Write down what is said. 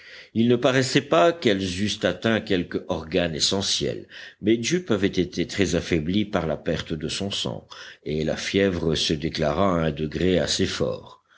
il ne paraissait pas qu'elles eussent atteint quelque organe essentiel mais jup avait été très affaibli par la perte de son sang et la fièvre se déclara à un degré assez fort